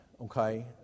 okay